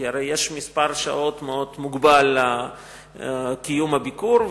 כי הרי יש מספר שעות מאוד מוגבל לקיום הביקור,